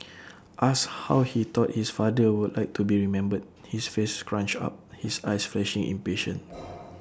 asked how he thought his father would like to be remembered his face scrunched up his eyes flashing impatient